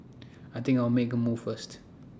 I think I'll make A move first